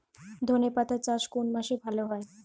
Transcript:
ধনেপাতার চাষ কোন মাসে ভালো হয়?